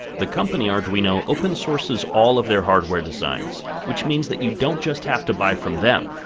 the company arduino open sources all of their hardware designs, which means that you don't just have to buy from them,